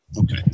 okay